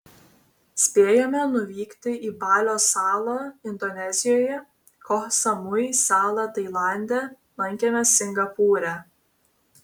spėjome nuvykti į balio salą indonezijoje koh samui salą tailande lankėmės singapūre